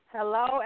Hello